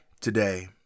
today